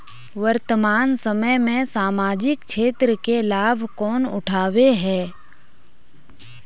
वर्तमान समय में सामाजिक क्षेत्र के लाभ कौन उठावे है?